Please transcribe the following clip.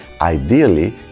Ideally